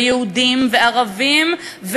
ויהודים וערבים,